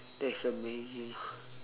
that's amazing